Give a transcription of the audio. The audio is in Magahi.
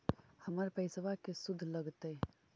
हमर पैसाबा के शुद्ध लगतै?